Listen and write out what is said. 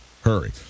hurry